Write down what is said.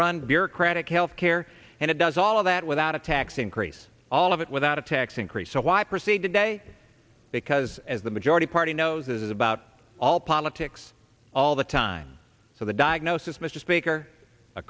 run bureaucratic health care and it does all of that without a tax increase all of it without a tax increase so why proceed today because as the majority party knows about all politics all the time so the diagnosis mr speaker a